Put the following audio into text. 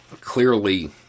clearly